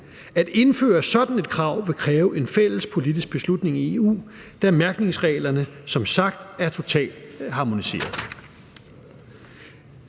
At indføre sådan et krav vil kræve en fælles politisk beslutning i EU, da mærkningsreglerne som sagt er totalharmoniserede.